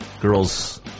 girls